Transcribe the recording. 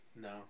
No